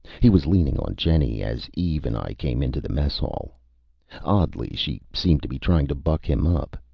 he was leaning on jenny as eve and i came into the mess hall oddly, she seemed to be trying to buck him up.